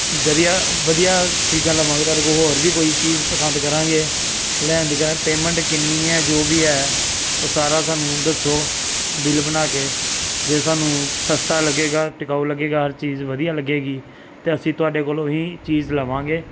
ਜ਼ਰੀਆ ਵਧੀਆ ਚੀਜ਼ਾਂ ਲਵਾਂਗੇ ਤੁਹਾਡੇ ਕੋਲ ਹੋਰ ਵੀ ਕੋਈ ਚੀਜ਼ ਪਸੰਦ ਕਰਾਂਗੇ ਲੈਣ ਦੀ ਕਰਾ ਪੇਮੈਂਟ ਕਿੰਨੀ ਹੈ ਜੋ ਵੀ ਹੈ ਉਹ ਸਾਰਾ ਸਾਨੂੰ ਦੱਸੋ ਬਿਲ ਬਣਾ ਕੇ ਜੇ ਸਾਨੂੰ ਸਸਤਾ ਲੱਗੇਗਾ ਟਿਕਾਊ ਲੱਗੇਗਾ ਹਰ ਚੀਜ਼ ਵਧੀਆ ਲੱਗੇਗੀ ਤਾਂ ਅਸੀਂ ਤੁਹਾਡੇ ਕੋਲੋਂ ਹੀ ਚੀਜ਼ ਲਵਾਂਗੇ